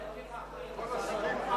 נגמרה הדרמה.